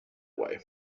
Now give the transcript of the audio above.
way